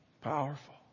Powerful